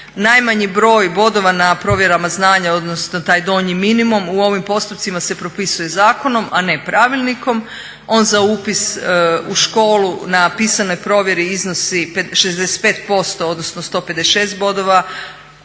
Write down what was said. najmanji broj bodova na provjerama znanja odnosno taj donji minimum u ovim postupcima se propisuje zakonom, a ne pravilnikom. On za upis u školu na pisanoj provjeri iznosi 65% odnosno 156 bodova